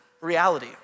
reality